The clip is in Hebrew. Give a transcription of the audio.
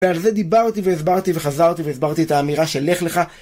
ועל זה דיברתי, והסברתי, וחזרתי, והסברתי את האמירה של לך לך.